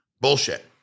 Bullshit